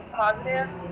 positive